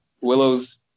Willow's